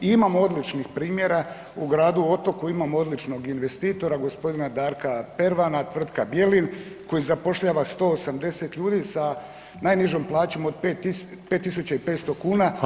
Imamo od-ličnih primjera u Gradu Otoku imamo odličnog investitora gospodina Darka Pervana tvrtka Bjelin koji zapošljava 180 ljudi sa najnižom plaćom od 5.500 kuna.